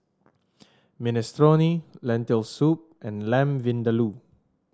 Minestrone Lentil Soup and Lamb Vindaloo